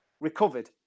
recovered